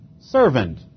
servant